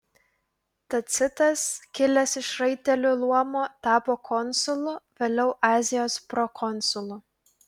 tacitas kilęs iš raitelių luomo tapo konsulu vėliau azijos prokonsulu